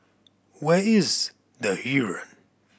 where is The Heeren